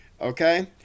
Okay